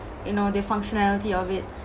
you know the functionality of it